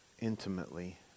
intimately